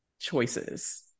choices